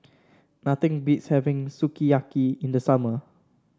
nothing beats having Sukiyaki in the summer